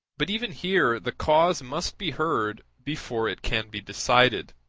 but even here the cause must be heard before it can be decided